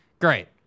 great